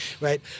right